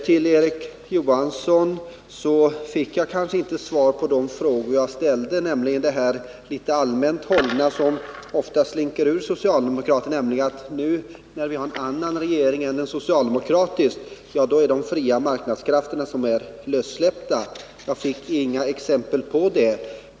Till Erik Johansson i Simrishamn vill jag säga att jag inte fick svar på de frågor jag ställde, nämligen beträffande de allmänt hållna påståenden som ofta slinker ur socialdemokraterna or? att när vi nu har en annan regering än en socialdemokratisk, så har de fria marknadskrafterna släppts lösa. Jag fick inget exempel på det.